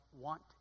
want